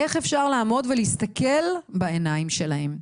איך אפשר לעמוד ולהסתכל בעיניים שלהם?